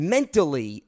Mentally